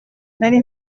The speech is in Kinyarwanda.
nari